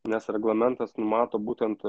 nes raglamentas numato būtent